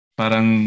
parang